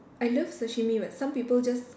I love sashimi were some people just